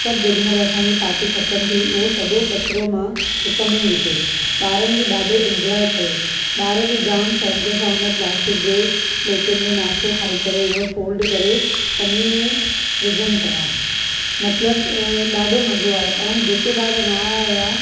सभु जेडी॒ महिल असां जी पार्टी ख़तमु थी उहो सजो॒ कचिरो मां हिकु में ई विधो बा॒रनि बि डा॒ढो एंजोय कयो बा॒र बि जाम शौंक़ु सां उन प्लास्टिक जे प्लेटुनि में नाश्तो खाई करे हूअ फोल्ड करे पनी में विझनि पया मत़िलबु डा॒ढो मज़ो आयो ऐं जेके बा॒र न आया हुया